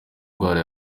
ndwara